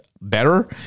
better